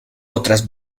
otras